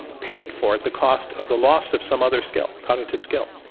paid for at the cost of the loss of some other skill, cognitive skill?